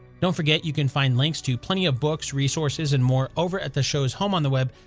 don't forget you can find links to plenty of books, resources and more over at the show's home on the web,